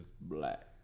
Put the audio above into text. black